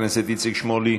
חבר הכנסת איציק שמולי,